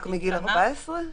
רק מגיל 14?